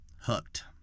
hooked